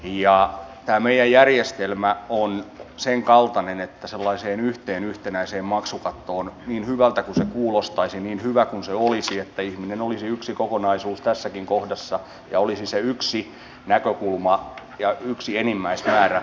tämä meidän järjestelmä on sen kaltainen että sellaiseen yhteen yhtenäiseen maksukattoon niin hyvältä kuin se kuulostaisi niin hyvä kuin olisi että ihminen olisi yksi kokonaisuus tässäkin kohdassa ja olisi se yksi näkökulma ja yksi enimmäismäärä